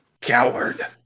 Coward